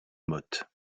motte